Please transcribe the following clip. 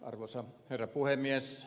arvoisa herra puhemies